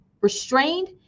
restrained